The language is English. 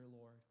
Lord